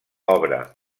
obre